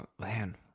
man